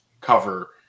cover